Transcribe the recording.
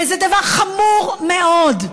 וזה דבר חמור מאוד,